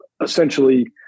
essentially